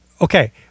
okay